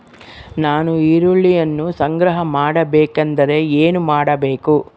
ನಾನು ಈರುಳ್ಳಿಯನ್ನು ಸಂಗ್ರಹ ಮಾಡಬೇಕೆಂದರೆ ಏನು ಮಾಡಬೇಕು?